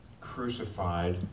crucified